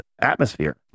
atmosphere